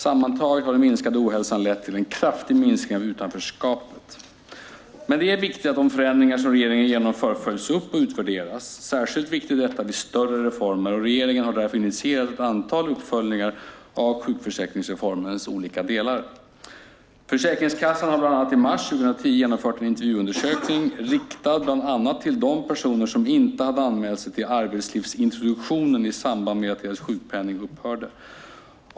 Sammantaget har den minskade ohälsan lett till en kraftig minskning av utanförskapet. Det är viktigt att de förändringar som regeringen genomför följs upp och utvärderas. Särskilt viktigt är detta vid större reformer. Regeringen har därför initierat ett antal uppföljningar av sjukförsäkringsreformens olika delar. Försäkringskassan har i mars 2010 genomfört en intervjuundersökning riktad bland annat till de personer som inte hade anmält sig till arbetslivsintroduktionen i samband med att deras sjukpenning upphörde.